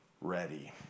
ready